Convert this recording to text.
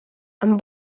amb